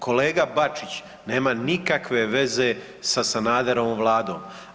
Kolega Bačić nema nikakve veze sa Sanaderovom vladom.